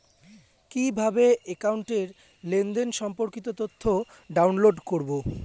কিভাবে একাউন্টের লেনদেন সম্পর্কিত তথ্য ডাউনলোড করবো?